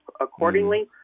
accordingly